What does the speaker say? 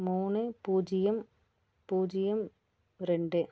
மூணு பூஜ்ஜியம் பூஜ்ஜியம் ரெண்டு